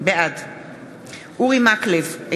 בעד אורי מקלב,